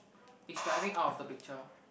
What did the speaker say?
it's driving out of the picture